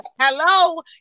hello